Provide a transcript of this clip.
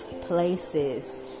places